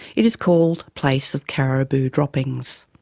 it is called place of caribou droppings.